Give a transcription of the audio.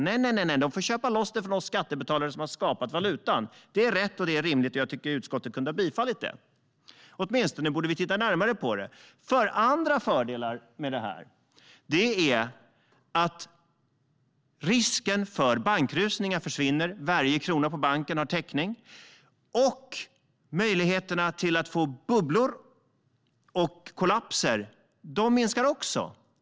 Nej, de får köpa loss dem från oss skattebetalare som har skapat valutan. Det är rätt och rimligt, och jag tycker att utskottet kunde ha tillstyrkt det förslaget. Åtminstone borde man titta närmare på det. Andra fördelar med detta är att risken för bankrusningar försvinner. Varje krona på banken har täckning. Riskerna att få bubblor och kollapser minskar också.